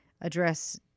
address